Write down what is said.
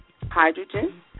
hydrogen